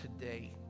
today